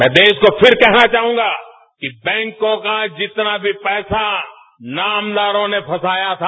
मैं देश को फिर कहना चाहंगा कि बैंको का जितना भी पैसा नामदारों ने फंसाया था